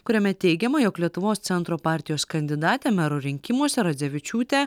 kuriame teigiama jog lietuvos centro partijos kandidatė mero rinkimuose radzevičiūtė